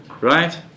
right